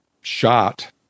shot